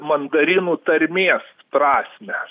mandarinų tarmės prasmę